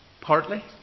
Partly